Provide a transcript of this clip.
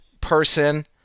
person